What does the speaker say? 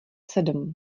sedm